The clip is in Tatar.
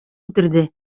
үтерде